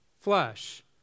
flesh